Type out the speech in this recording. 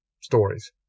stories